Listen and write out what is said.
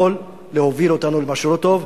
יכול להוביל אותנו למשהו לא טוב.